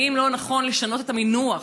האם לא נכון לשנות את המינוח,